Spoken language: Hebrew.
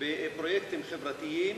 בפרויקטים חברתיים